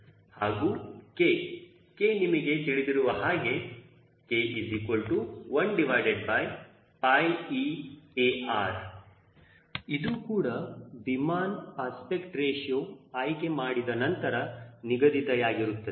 023 ಅಷ್ಟು ಆಗಿರಬಹುದು ಹಾಗೂ K K ನಿಮಗೆ ತಿಳಿದಿರುವ ಹಾಗೆ K1eAR ಇದು ಕೂಡ ವಿಮಾನ ಅಸ್ಪೆಕ್ಟ್ ರೇಶ್ಯೂ ಆಯ್ಕೆ ಮಾಡಿದ ನಂತರ ನಿಗದಿತಯಾಗಿರುತ್ತದೆ